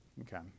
Okay